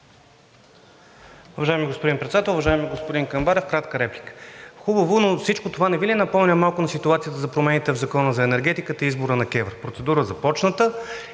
Уважаеми господин Председател! Уважаеми господин Камбарев – кратка реплика. Хубаво, но всичко това не Ви ли напомня малко на ситуацията с промените в Закона за енергетиката и избора на КЕВР – процедура започната,